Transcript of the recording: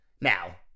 now